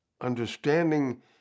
Understanding